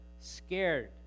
scared